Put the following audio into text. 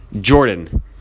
Jordan